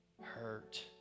hurt